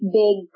big